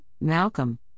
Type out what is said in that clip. Malcolm